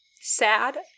Sad